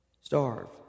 starve